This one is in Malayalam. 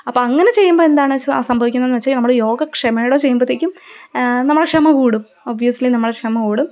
അപ്പോഴങ്ങനെ ചെയ്യുമ്പോള് എന്താണ് സംഭവിക്കുന്നതെന്നുവച്ചാല് നമ്മള് യോഗ ക്ഷമയോടെ ചെയ്യുമ്പോഴത്തേക്കും നമ്മുടെ ക്ഷമ കൂടും ഒബിയസിലി നമ്മുടെ ക്ഷമ കൂടും